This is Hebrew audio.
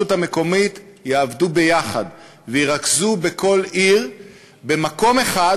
המקומית יעבדו יחד וירכזו בכל עיר במקום אחד.